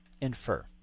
infer